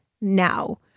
now